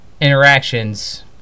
interactions